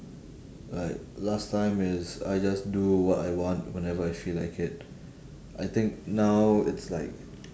like last time is I just do what I want whenever I feel like it I think now it's like